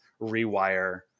rewire